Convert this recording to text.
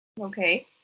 Okay